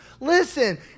Listen